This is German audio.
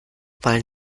wollen